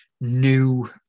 new